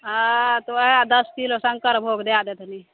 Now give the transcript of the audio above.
हँ तऽ ओएह दश किलो शङ्करभोग दै देथनि